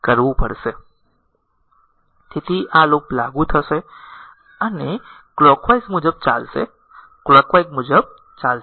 તેથી આ લૂપ લાગુ થશે અને કલોકવાઈઝ મુજબ ચાલશે કલોકવાઈઝ મુજબ ચાલશે